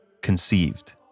conceived